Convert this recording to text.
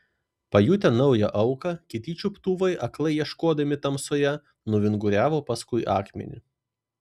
pajutę naują auką kiti čiuptuvai aklai ieškodami tamsoje nuvinguriavo paskui akmenį